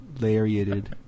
lariated